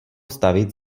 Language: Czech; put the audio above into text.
stavit